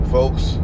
Folks